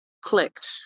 clicked